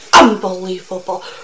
Unbelievable